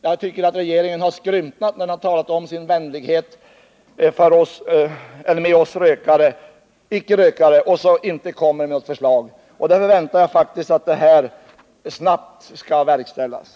Jag tycker att regeringen skrymtat när den talat om sin vänlighet mot oss icke-rökare men sedan icke kommer med något förslag. Jag väntar därför att det här förslaget skall komma snabbt.